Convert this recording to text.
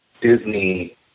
Disney